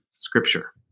scripture